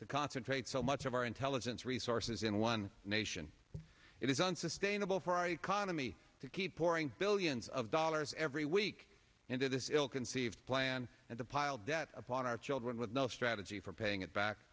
to concentrate so much of our intelligence resources in one nation it is unsustainable for our economy to keep pouring billions of dollars every week into this ill conceived plan and the piled debt upon our children with no strategy for paying it back